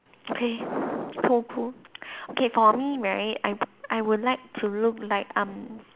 okay cool cool okay for me right I I will like to look like I'm